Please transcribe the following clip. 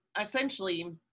essentially